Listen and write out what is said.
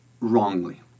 wrongly